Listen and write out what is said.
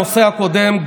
הנושא הקודם,